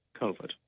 COVID